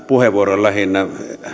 puheenvuoron lähinnä